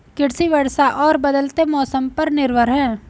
कृषि वर्षा और बदलते मौसम पर निर्भर है